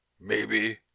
Maybe